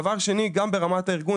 דבר שני: גם ברמת הארגון.